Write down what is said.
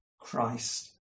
Christ